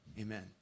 amen